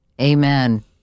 Amen